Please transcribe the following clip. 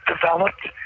developed